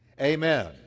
Amen